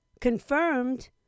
confirmed